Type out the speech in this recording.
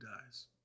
dies